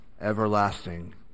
everlasting